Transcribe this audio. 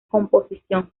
composición